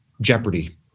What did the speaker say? Jeopardy